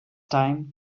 time